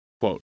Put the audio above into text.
Quote